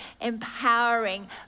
empowering